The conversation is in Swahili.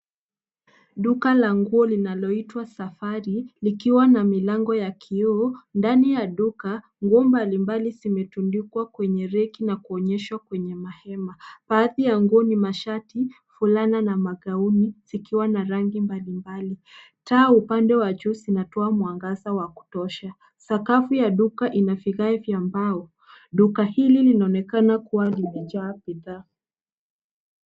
Duka la nguo linaloitwa Safari nikiwa na milango ya kioo. Ndani ya duka ngoma mbalimbali zimetundikwa kwenye reki na kuonyeshwa kwenye mahema. Baadhi ya nguo masharti, fulana na magauni zikiwa na rangi mbalimbali. Taa upande wa josi natoa mwangaza wa kutosha. Sakafu ya duka ina vigae vya mbao. Duka hili linaonekana kuwa limejaa bidhaa.